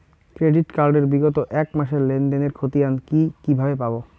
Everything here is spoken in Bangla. ক্রেডিট কার্ড এর বিগত এক মাসের লেনদেন এর ক্ষতিয়ান কি কিভাবে পাব?